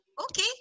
okay